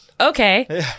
Okay